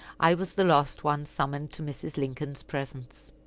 i was the last one summoned to mrs. lincoln's presence.